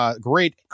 great